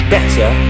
Better